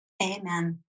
Amen